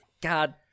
God